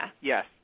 Yes